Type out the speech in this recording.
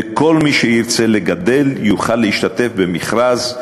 וכל מי שירצה לגדל יוכל להשתתף במכרז,